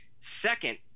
Second